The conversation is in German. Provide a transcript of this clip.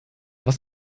was